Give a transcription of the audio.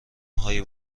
هایی